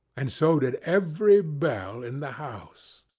and so did every bell in the house.